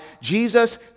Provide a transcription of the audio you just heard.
Jesus